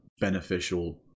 beneficial